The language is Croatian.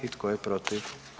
I tko je protiv?